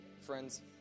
friends